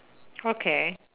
okay